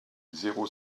zéro